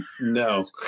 no